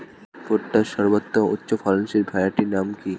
ভুট্টার সর্বোত্তম উচ্চফলনশীল ভ্যারাইটির নাম কি?